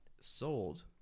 sold